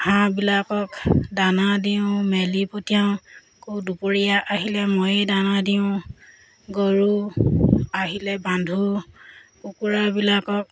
হাঁহবিলাকক দানা দিওঁ মেলি পঠিয়াওঁ আকৌ দুপৰীয়া আহিলে ময়েই দানা দিওঁ গৰু আহিলে বান্ধো কুকুৰাবিলাকক